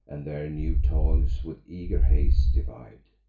and their new toils with eager haste divide.